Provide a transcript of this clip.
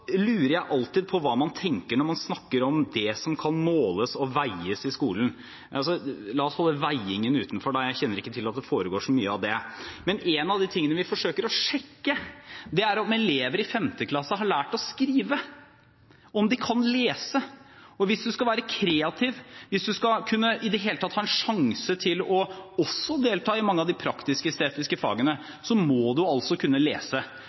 Jeg lurer alltid på hva man tenker når man snakker om det som kan måles og veies i skolen. La oss holde veiingen utenfor, jeg kjenner ikke til at det foregår så mye av det. Men én av de tingene vi forsøker å sjekke, er om elever i 5. klasse har lært å skrive, og om de kan lese. Hvis man skal være kreativ, hvis man i det hele tatt skal kunne ha en sjanse til også å delta i de mange praktisk-estetiske fagene, må man altså kunne lese.